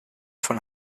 von